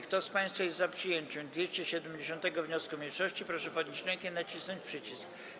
Kto z państwa jest za przyjęciem 270. wniosku mniejszości, proszę podnieść rękę i nacisnąć przycisk.